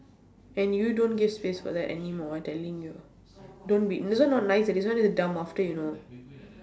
and you don't give face for that anymore I telling you don't wait this one not nice eh this one is dumb after you know